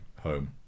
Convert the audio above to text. home